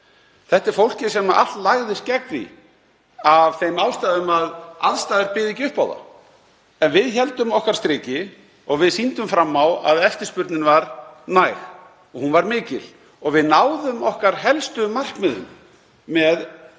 Þetta er fólkið sem allt lagðist gegn því af þeim ástæðum að aðstæður byðu ekki upp á það. En við héldum okkar striki og sýndum fram á að eftirspurnin var næg og hún var mikil og við náðum okkar helstu markmiðum með